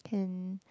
can